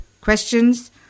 questions